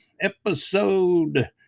episode